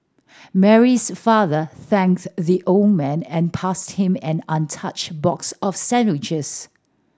Mary's father thanked the old man and passed him an untouched box of sandwiches